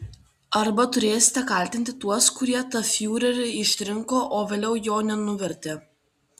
arba turėsite kaltinti tuos kurie tą fiurerį išrinko o vėliau jo nenuvertė